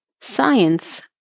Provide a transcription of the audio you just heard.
science